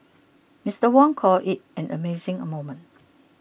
Mister Wong called it an amazing moment